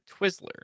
Twizzler